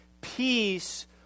peace